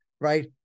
right